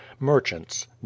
merchants